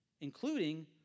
including